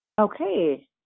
Okay